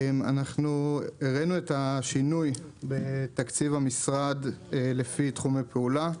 הראינו את השינוי בתקציב המשרד לפי תחומי פעולה,